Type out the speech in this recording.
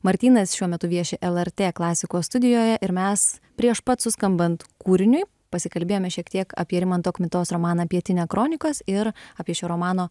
martynas šiuo metu vieši lrt klasikos studijoje ir mes prieš pat suskambant kūriniui pasikalbėjome šiek tiek apie rimanto kmitos romaną pietinia kronikas ir apie šio romano